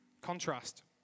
Contrast